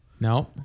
No